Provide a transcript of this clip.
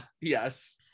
Yes